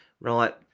Right